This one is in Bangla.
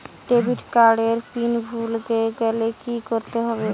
ডেবিট কার্ড এর পিন ভুলে গেলে কি করতে হবে?